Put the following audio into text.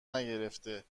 نگرفته